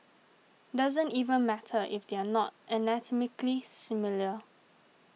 doesn't even matter if they're not anatomically similar